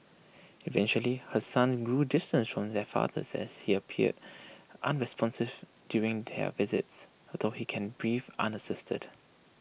eventually her sons grew distant from their father as he appeared unresponsive during their visits although he can breathe unassisted